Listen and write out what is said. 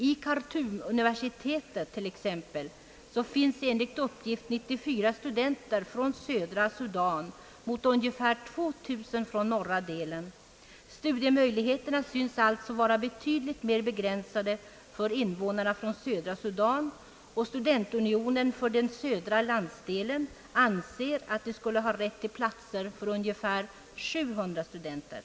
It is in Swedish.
Vid Khartoumuniversitetet finns enligt uppgift 94 studenter från södra Sudan mot ungefär 2000 studenter från den norra delen av landet. Studiemöjligheterna synes alltså vara betydligt mera begränsade för invånarna i södra Sudan. Studentunionen för den södra landsdelen anser att den skulle ha rätt till platser för ungefär 700 stu denter.